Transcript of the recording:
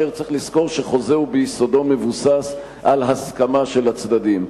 צריך לזכור שחוזה ביסודו מבוסס על הסכמה של הצדדים.